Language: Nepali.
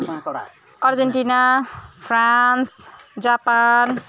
Argentina France Japan